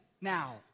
now